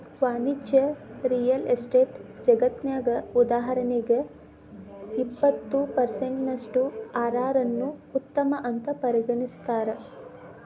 ವಾಣಿಜ್ಯ real estate ಜಗತ್ನ್ಯಗ, ಉದಾಹರಣಿಗೆ, ಇಪ್ಪತ್ತು ಪರ್ಸೆನ್ಟಿನಷ್ಟು ಅರ್.ಅರ್ ನ್ನ ಉತ್ತಮ ಅಂತ್ ಪರಿಗಣಿಸ್ತಾರ